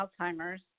Alzheimer's